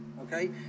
okay